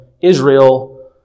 Israel